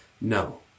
no